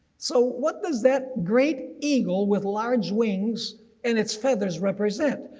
so what does that great eagle with large wings and its feathers represent?